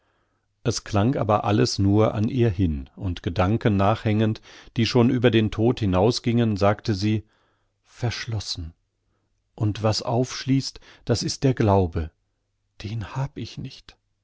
es klang aber alles nur an ihr hin und gedanken nachhängend die schon über den tod hinausgingen sagte sie verschlossen und was aufschließt das ist der glaube den hab ich nicht